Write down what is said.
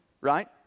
right